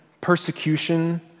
persecution